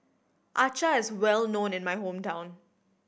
acar is well known in my hometown